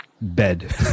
bed